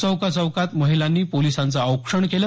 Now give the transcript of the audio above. चौका चौकांत महिलांनी पोलिसांचं औक्षण केलं